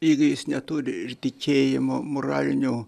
jeigu jis neturi ir tikėjimo moralinių